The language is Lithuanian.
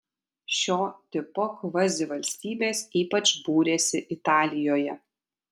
šio tipo kvazivalstybės ypač būrėsi italijoje